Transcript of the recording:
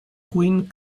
queen